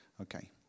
Okay